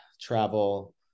travel